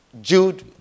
Jude